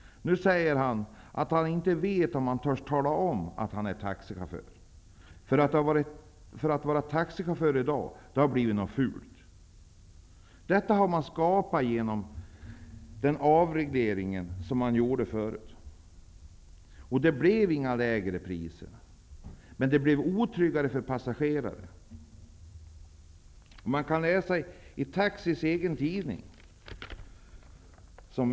Nu säger han att han inte vet om han törs tala om att han är taxichaufför. Att vara taxichaufför i dag har blivit något fult. Den situationen har skapats genom den avreglering som har gjorts. Det blev inte lägre priser, men det blev otryggare för passageraren.